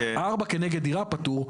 ארבע כנגד דירה פטור.